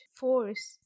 force